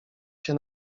się